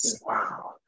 Wow